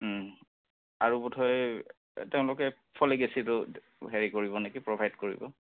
আৰু বোধয় তেওঁলোকে ফলিক এচিডো হেৰি কৰিব নেকি প্ৰভাইড কৰিব